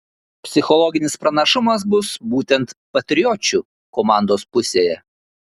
psichologinis pranašumas bus būtent patriočių komandos pusėje